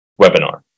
webinar